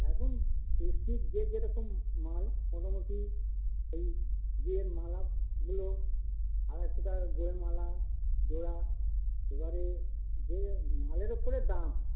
এখন কৃষি যে যেরকম মাল মোটামুটি ওই বিয়ের মালাগুলো আড়াইশো টাকা গোড়ের মালা জোড়া এবারে যে মালের ওপরে দাম